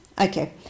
Okay